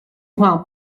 情况